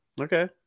Okay